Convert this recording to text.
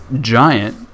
giant